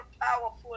powerful